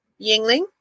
Yingling